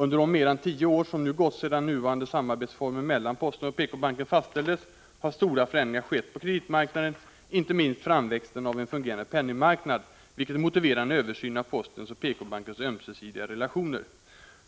Under de mer än tio år som nu gått sedan nuvarande former för samarbete mellan posten och PK-banken fastställdes har stora förändringar skett på kreditmarknaden, inte minst framväxten av en fungerande penningmarknad, vilket motiverar en översyn av postens och PK-bankens ömsesidiga relationer.